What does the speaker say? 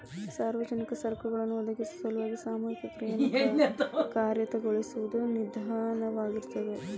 ಸಾರ್ವಜನಿಕ ಸರಕುಗಳನ್ನ ಒದಗಿಸೊ ಸಲುವಾಗಿ ಸಾಮೂಹಿಕ ಕ್ರಿಯೆಯನ್ನ ಕಾರ್ಯಗತಗೊಳಿಸೋ ಸಾಧನವಾಗಿರ್ತದ